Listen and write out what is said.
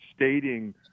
stating